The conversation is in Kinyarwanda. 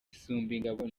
isumbingabo